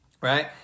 right